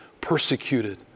persecuted